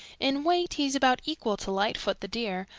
in weight he is about equal to lightfoot the deer,